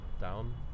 down